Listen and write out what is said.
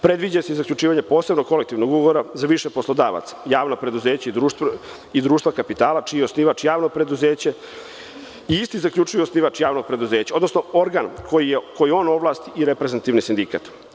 Predviđa se i zaključivanje posebnog kolektivnog ugovora za više poslodavaca, javna preduzeća i društva kapitala čiji je osnivač javno preduzeće i isti zaključuje javno preduzeće, odnosno organ koji ovlasti i reprezentativni sindikat.